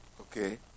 Okay